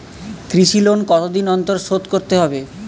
কৃষি লোন কতদিন অন্তর শোধ করতে হবে?